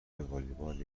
والیبال